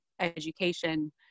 education